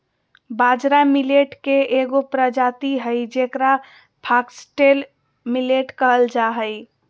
बाजरा मिलेट के एगो प्रजाति हइ जेकरा फॉक्सटेल मिलेट कहल जा हइ